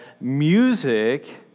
music